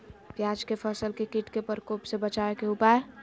प्याज के फसल के कीट के प्रकोप से बचावे के उपाय?